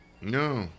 No